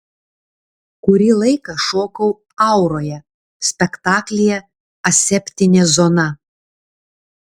kurį laiką šokau auroje spektaklyje aseptinė zona